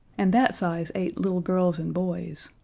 and that size ate little girls and boys.